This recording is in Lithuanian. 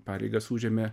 pareigas užėmė